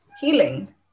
healing